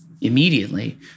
immediately